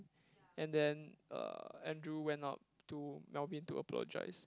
and then uh Andrew went up to Melvin to apologise